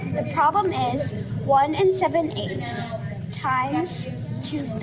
the problem is, one and seven eight times two